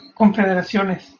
confederaciones